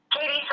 Katie